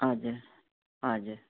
हजुर हजुर